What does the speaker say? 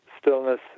stillness